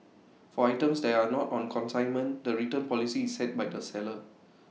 for items that are not on consignment the return policy is set by the seller